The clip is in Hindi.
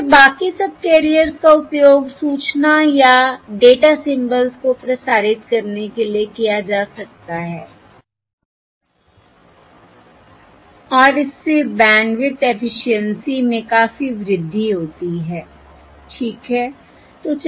इसलिए बाकी सबकैरियर्स का उपयोग सूचना या डेटा सिंबल्स को प्रसारित करने के लिए किया जा सकता है और इससे बैंडविड्थ एफिशिएंसी में काफी वृद्धि होती है ठीक है